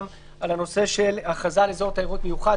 על הנושא של הכרזה על אזור תיירות מיוחד,